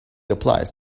applies